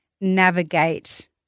navigate